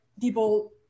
people